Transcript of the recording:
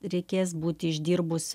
reikės būti išdirbus